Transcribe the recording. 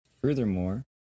Furthermore